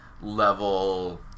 level